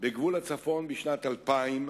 בגבול הצפון משנת 2000,